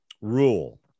rule